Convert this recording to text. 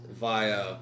Via